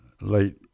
late